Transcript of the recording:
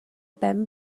ben